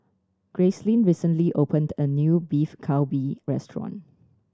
Gracelyn recently opened a new Beef Galbi Restaurant